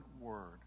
word